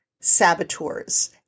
saboteurs